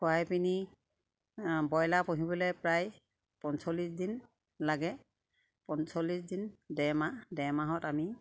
খুৱাই পিনি ব্ৰইলাৰ পুহিবলে প্ৰায় পঞ্চল্লিছ দিন লাগে পঞ্চল্লিছ দিন দেৰ মাহ দেৰ মাহত আমি